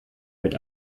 mit